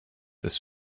ist